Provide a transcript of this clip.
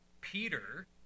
Peter